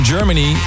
Germany